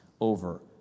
over